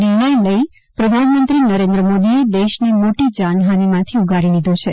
નિર્ણય લઈ પ્રધાનમંત્રી નરેન્દ્ર મોદીએ દેશને મોટી જાનહાનિ માથી ઉગારી લીધો છે